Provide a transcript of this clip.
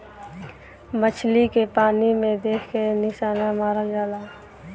मछली के पानी में देख के निशाना मारल जाला